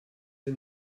sie